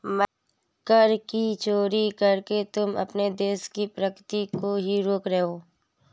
कर की चोरी करके तुम अपने देश की प्रगती को ही रोक रहे हो